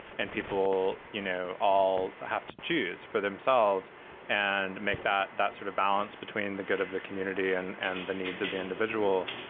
and people, you know, all have to choose for themselves and make that that sort of balance between the good of the community and and the needs of the individual.